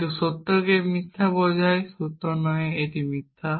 কিন্তু সত্যকে মিথ্যা বোঝায় সত্য নয় এটি মিথ্যা